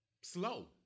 slow